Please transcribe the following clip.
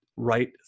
right